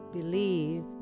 believe